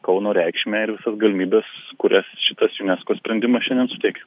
kauno reikšmę ir visas galimybes kurias šitas junesko sprendimas šiandien suteikė